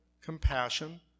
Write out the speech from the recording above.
compassion